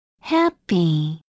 happy